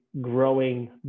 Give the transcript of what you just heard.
growing